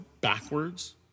backwards